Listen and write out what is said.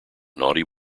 naughty